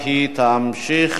2012,